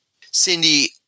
Cindy